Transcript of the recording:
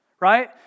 right